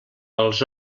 els